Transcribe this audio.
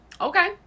Okay